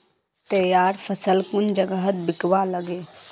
तैयार फसल कुन जगहत बिकवा लगे?